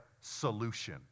solution